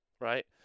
right